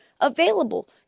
available